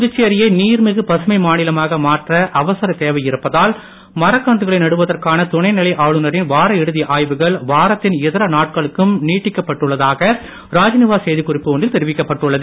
புதுச்சேரியை நீர்மிகு பசுமை மாநிலமாக மாற்ற அவசர தேவையிருப்பதால் மரக்கன்றுகளை நடுவதற்கான துணைநிலை ஆளுநரின் வாரஇறுதி ஆய்வுகள் வாரத்தின் இதர நாட்களுக்கும் நீட்டிக்கப்பட்டுள்ளதாக ராஜ்நிவாஸ் செய்தி குறிப்பு ஒன்றில் தெரிவிக்கப்பட்டுள்ளது